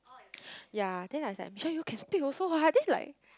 ya then I was like I'm sure you can speak also what then he like